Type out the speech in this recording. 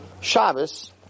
Shabbos